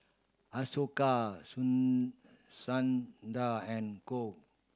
Ashoka Song Sundar and Choor